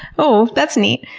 oh, that's neat.